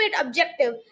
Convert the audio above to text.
objective